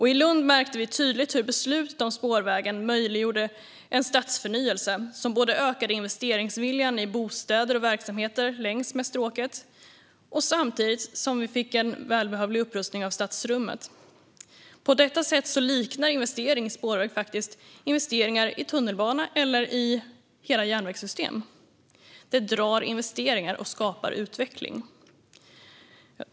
I Lund märkte vi tydligt hur beslutet om spårvägen möjliggjorde en stadsförnyelse som ökade investeringsviljan i bostäder och verksamheter längs stråket samtidigt som vi fick en välbehövlig upprustning av stadsrummet. På detta sätt liknar investering i spårväg faktiskt investeringar i tunnelbana och hela järnvägssystem. Det drar till sig investeringar och skapar utveckling.